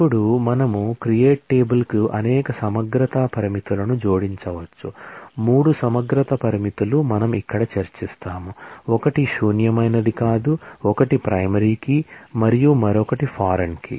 ఇప్పుడు మనము create table కు అనేక సమగ్రత పరిమితులను జోడించవచ్చు 3 సమగ్రత పరిమితులు మనం ఇక్కడ చర్చిస్తాము ఒకటి శూన్యమైనది కాదు ఒకటి ప్రైమరీ కీ మరియు మరొకటి ఫారిన్ కీ